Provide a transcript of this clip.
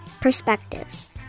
Perspectives